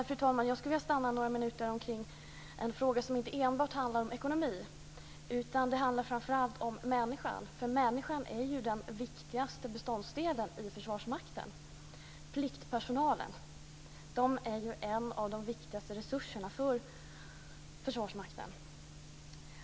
Jag skulle vilja stanna några minuter vid en fråga som inte enbart handlar om ekonomi utan framför allt om människan. Människan är ju den viktigaste beståndsdelen i Försvarsmakten. Pliktpersonalen är en av de viktigaste resurserna för Försvarsmakten.